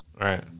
Right